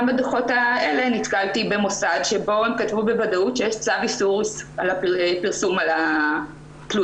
גם בדוחות האלה נתקלתי במוסד שבו נכתב שיש צו איסור פרסום על התלונה.